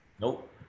nope